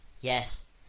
Yes